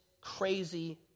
crazy